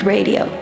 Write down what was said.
Radio